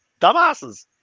dumbasses